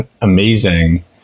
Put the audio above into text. amazing